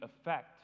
affect